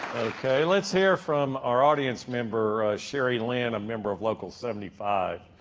okay let's hear from our audience member, sheri land a member of local seventy five.